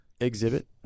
exhibit